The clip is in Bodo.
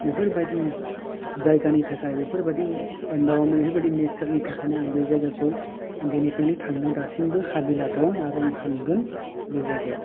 बेफोरबादि जायगानि थाखाय बेफोरबादि एनभाइर'नमेन्ट नेचारनि थाखायनो आं बे जायगाखौ उन्दैनिफ्रायनो दासिमबो थांनो हाबिला दं आरो आं थांगोन बे जायगायाव